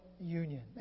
union